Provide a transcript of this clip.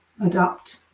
adapt